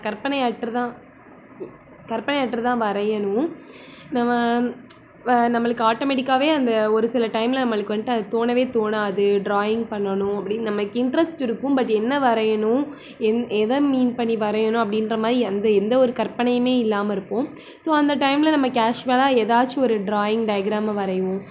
கற்பனை அற்று தான் கற்பனை அற்று தான் வரையணும் நம்ம வ நம்மளுக்கு ஆட்டோமேட்டிக்காகவே அந்த ஒரு சில டைம்மில் நம்மளுக்கு வந்துட்டு அது தோணவே தோணாது ட்ராயிங் பண்ணணும் அப்படின்னு நமக்கு இன்ட்ரெஸ்ட் இருக்கும் பட் என்ன வரையணும் எந் எதமீன் பண்ணி வரையணும் அப்படின்ற மாரி அந்த எந்த ஒரு கற்பனையுமே இல்லாமல் இருப்போம் ஸோ அந்த டைம்மில் நம்ம கேஸ்வலாக எதாச்சும் ஒரு ட்ராயிங் டைக்ராமை வரைவோம்